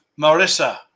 marissa